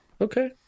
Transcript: Okay